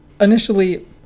Initially